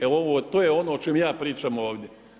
E, to je ono o čemu ja pričam ovdje.